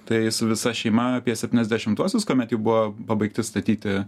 tai su visa šeima apie septyniasdešimtuosius kuomet jau buvo pabaigti statyti